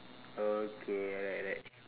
okay alright alright